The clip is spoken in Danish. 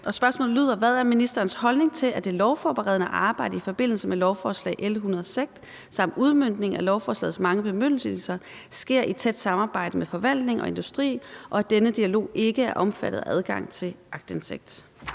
Spørgsmålet lyder: Hvad er ministerens holdning til, at det lovforberedende arbejde i forbindelse med lovforslag nr. L 106 samt udmøntningen af lovforslagets mange bemyndigelser sker i tæt samarbejde mellem forvaltning og industri, og at denne dialog ikke er omfattet af adgang til aktindsigt?